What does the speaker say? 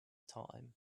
time